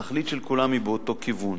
התכלית של כולם היא באותו כיוון.